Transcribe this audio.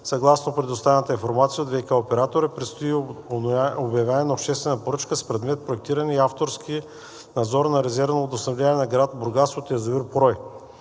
Съгласно предоставената информация от ВиК оператора предстои обявяване на обществена поръчка с предмет: „Проектиране и авторски надзор на резервно водоснабдяване на град Бургас от язовир „Порой“.